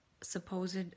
supposed